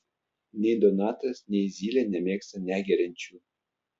nei donatas nei zylė nemėgsta negeriančių